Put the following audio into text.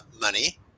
Money